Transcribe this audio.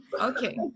okay